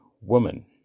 woman